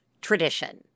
tradition